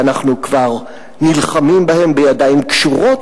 ואנחנו כבר נלחמים בהם בידיים קשורות,